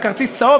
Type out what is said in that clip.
כרטיס צהוב,